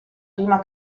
prima